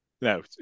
No